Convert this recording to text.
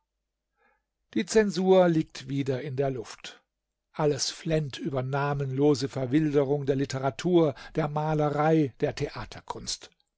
die zensur liegt wieder in der luft alles flennt über namenlose verwilderung der literatur der malerei der theaterkunst